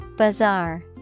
Bazaar